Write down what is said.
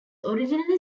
originally